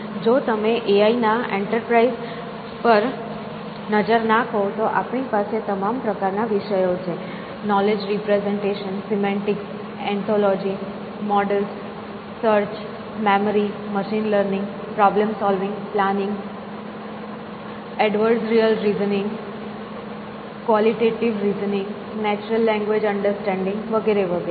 જો તમે એઆઈ ના એન્ટરપ્રાઇઝ પર નજર નાખો તો આપણી પાસે તમામ પ્રકારના વિષયો છે knowledge representation semantics ontology models search memory machine learning problem solving planning adversarial reasoning qualitative reasoning natural language understanding વગેરે વગેરે